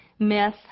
Myth